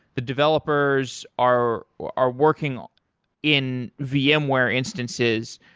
the developers are are working in vmware instances.